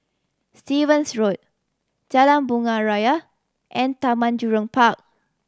Stevens Road Jalan Bunga Raya and Taman Jurong Park